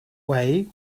way